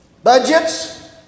Budgets